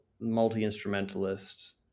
multi-instrumentalist